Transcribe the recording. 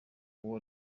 uwo